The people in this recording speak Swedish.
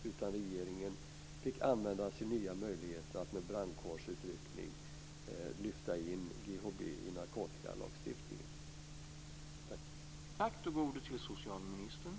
Regeringen fick använda sin nya möjlighet att med hjälp av en brandkårsutryckning lyfta in GHB i narkotikalagstiftningen.